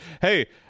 hey